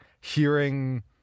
hearing